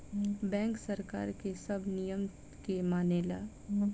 bank सरकार के सब नियम के मानेला